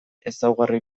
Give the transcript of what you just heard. ezaugarri